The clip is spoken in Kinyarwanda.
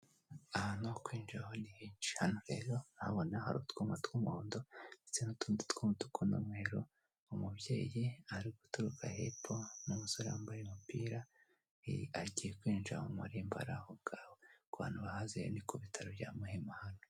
Ahantu ho kwinjira ho ni henshi, hano rero urabona hari utwuma tw'umuhondo ndetse n'utundi tw'umutuku n'umweru, umubyeyi ari guturuka hepfo n'umusore wambaye umupira, agiye kwinjira mo imbere aho ngaho. Ku bantu bahazi rero ni ku bitaro bya Muhima.